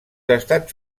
estats